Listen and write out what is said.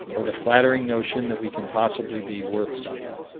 or the flattering notion that we can possibly be worth something.